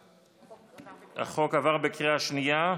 החוק עבר בקריאה שנייה.